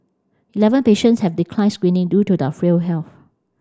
eleven patients have declined screening due to their frail health